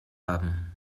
haben